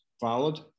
valid